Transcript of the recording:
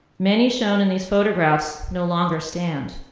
many shown in these photographs no longer stand.